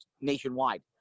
nationwide